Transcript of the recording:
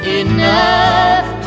enough